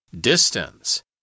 Distance